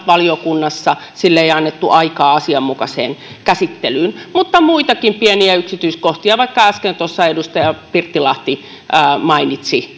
valiokunnassa edes annettu aikaa asianmukaiseen käsittelyyn mutta on muitakin pieniä yksityiskohtia vaikkapa nämä jotka äsken tuossa edustaja pirttilahti mainitsi